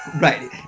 Right